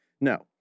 No